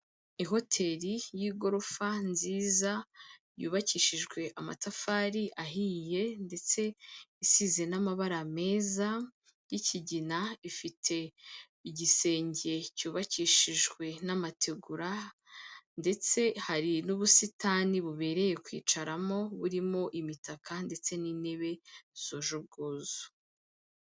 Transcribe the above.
Ihoteli y'igorofa nziza yubakishijwe amatafari ahiye ndetse isize n'amabara meza y'ikigina, ifite igisenge cyubakishijwe n'amategura ndetse hari n'ubusitani bubereye kwicaramo, burimo imitaka ndetse n'intebe zuje ubwuzu.